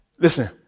Listen